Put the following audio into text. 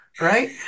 right